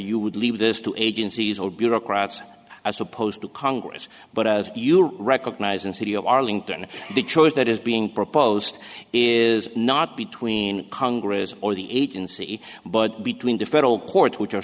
you would leave this to agencies all bureaucrats as opposed to congress but as you recognize in city of arlington the choice that is being proposed is not between congress or the agency but between the federal courts which are